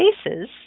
spaces